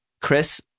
Chris